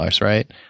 right